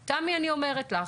תמי, אני אומרת לך: